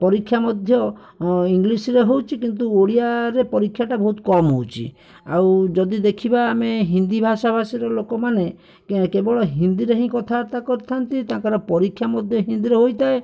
ପରୀକ୍ଷା ମଧ୍ୟ ଇଂଗ୍ଲିଶ୍ ରେ ହେଉଛି କିନ୍ତୁ ଓଡ଼ିଆରେ ପରୀକ୍ଷାଟା ବହୁତ କମ୍ ହଉଚି ଆଉ ଯଦି ଦେଖିବା ଆମେ ହିନ୍ଦୀ ଭାଷାଭାଷିର ଲୋକମାନେ କେ କେବଳ ହିନ୍ଦୀରେ ହିଁ କଥାବାର୍ତ୍ତା କରିଥାନ୍ତି ତାଙ୍କର ପରୀକ୍ଷା ମଧ୍ୟ ହିନ୍ଦୀରେ ହୋଇଥାଏ